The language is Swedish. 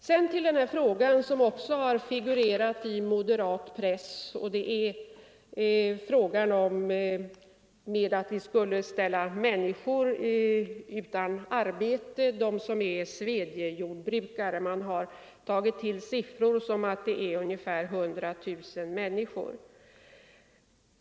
Sedan till den fråga som också figurerat i moderat press att vi skulle ställa människor som är svedjejordbrukare utan arbete. Man har sagt att det skulle gälla ungefär 100 000 människor.